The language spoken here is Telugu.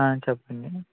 చెప్పండి